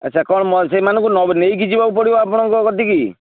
ଆଚ୍ଛା କ'ଣ ସେମାନଙ୍କୁ ନେଇକି ଯିବାକୁ ପଡ଼ିବ ଆପଣଙ୍କ କତିକି